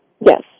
Yes